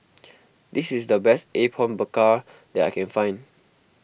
this is the best Apom Berkuah that I can find